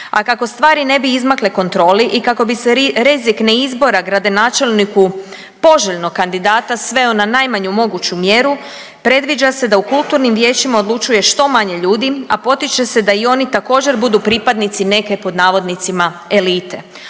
A kako stvari ne bi izmakle kontroli i kako bi se rizik na izbor gradonačelniku poželjnog kandidata sveo na najmanju moguću mjeru predviđa se da u kulturnim vijećima odlučuje što manje ljudi, a potiče se da i oni također budu pripadnici neke pod navodnicima elite.